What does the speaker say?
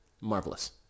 Marvelous